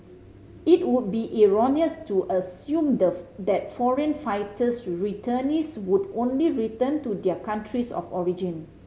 it would be erroneous to assume the that foreign fighter returnees would only return to their countries of origin